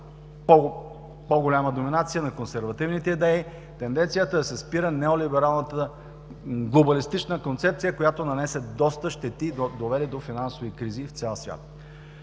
по-голяма доминация на консервативните идеи; тенденцията да се спира неолибералната, глобалистична концепция, която нанесе доста щети и доведе до финансови кризи в цял свят.